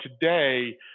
today